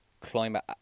climate